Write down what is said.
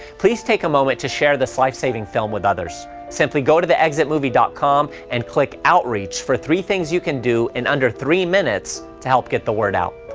please take a moment to share this life-saving film with others. simply go to theexitmovie dot com and click outreach for three things you can do in under three minutes to help get the word out.